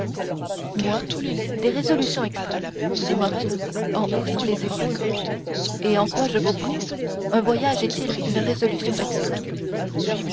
moi des résolutions extrêmes dit morrel en haussant les épaules et en quoi je vous prie un voyage est-il une résolution extrême